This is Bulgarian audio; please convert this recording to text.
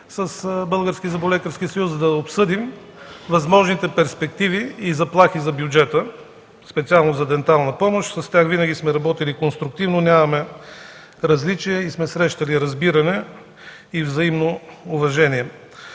за да обсъдим възможните перспективи и заплахи за бюджета специално за дентална помощ. С тях винаги сме работили конструктивно, нямаме различия и сме срещали разбиране и взаимно уважение.